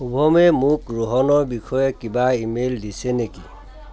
শুভমে মোক ৰোহনৰ বিষয়ে কিবা ই মেইল দিছে নেকি